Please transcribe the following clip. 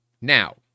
Now